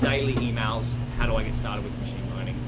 daily emails, how do i get started with machine learning.